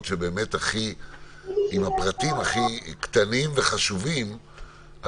באמת עם הפרטים הכי קטנים וחשובים,